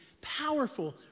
powerful